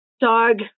dog